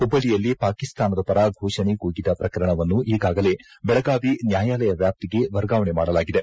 ಹುಬ್ಬಳ್ಳಿಯಲ್ಲಿ ಪಾಕಿಸ್ತಾನದ ಪರ ಘೋಷಣೆ ಕೂಗಿದ ಪ್ರಕರಣವನ್ನು ಈಗಾಗಲೇ ಬೆಳಗಾವಿ ನ್ಯಾಯಾಲಯ ವ್ಯಾಪ್ತಿಗೆ ವರ್ಗಾವಣೆ ಮಾಡಲಾಗಿದೆ